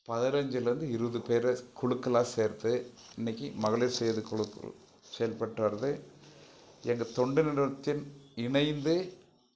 பதினஞ்சுல இருந்து இருபது பேரை குழுக்களாக சேர்த்து இன்னைக்கி மகளிர் சுய உதவி குழுக்கள் செயல்பட்டு வருது எங்கள் தொண்டு நிறுவனத்தில் இணைந்து